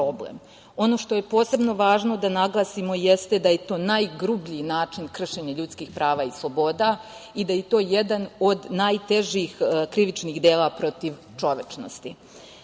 Ono što je posebno važno da naglasimo jeste da je to najgrublji način kršenja ljudskih prava i sloboda i da je to jedan od najtežih krivičnih dela protiv čovečnosti. Takođe,